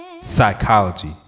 Psychology